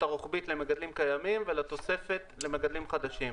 הרוחבית למגדלים קיימים והתוספת למגדלים חדשים.